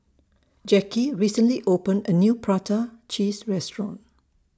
Jacky recently opened A New Prata Cheese Restaurant